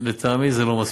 לטעמי זה לא מספיק.